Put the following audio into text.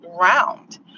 round